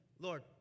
Lord